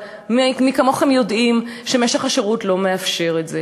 אבל מי כמוכם יודעים שמשך השירות לא מאפשר את זה,